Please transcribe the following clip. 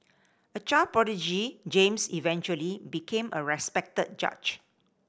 a child prodigy James eventually became a respected judge